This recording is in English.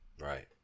right